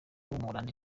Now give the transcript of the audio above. w’umuholandi